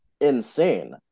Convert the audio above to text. insane